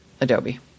Adobe